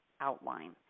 outline